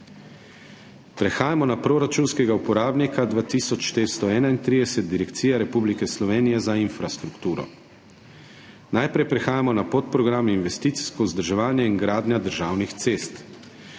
Prehajamo na proračunskega uporabnika 2431 Direkcija Republike Slovenije za infrastrukturo. Najprej prehajamo na podprogram Investicijsko vzdrževanje in gradnja državnih cest.